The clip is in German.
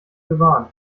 gewarnt